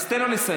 אז תן לו לסיים.